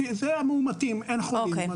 זה המאומתים אין חולים,